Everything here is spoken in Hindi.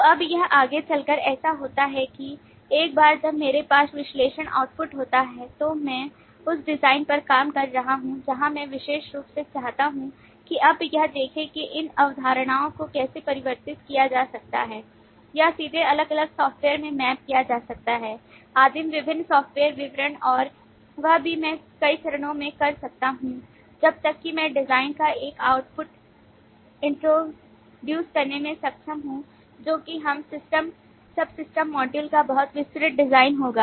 तो अब यह आगे चलकर ऐसा होता है कि एक बार जब मेरे पास विश्लेषण output होता है तो मैं उस डिज़ाइन पर काम कर रहा हूं जहां मैं विशेष रूप से चाहता हूं कि अब यह देखें कि इन अवधारणाओं को कैसे परिवर्तित किया जा सकता है या सीधे अलग अलग सॉफ्टवेयर में मैप किया जा सकता है आदिम विभिन्न सॉफ्टवेयर विवरण और वह भी मैं कई चरणों में कर सकता हूं जब तक कि मैं डिजाइन का एक output इंट्रोड्यूस करने में सक्षम हूं जो कि हर सिस्टम subsystem मॉड्यूल का बहुत विस्तृत डिजाइन होगा